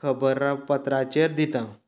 खबरापत्राचेर दितां